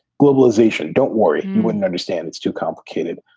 globalization. don't worry. you wouldn't understand. it's too complicated.